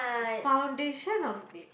foundation of uh